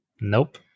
Nope